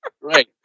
Right